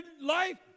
life